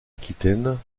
aquitaine